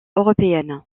européenne